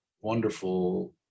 wonderful